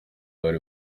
bari